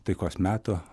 taikos meto